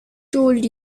told